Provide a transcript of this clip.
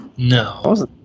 No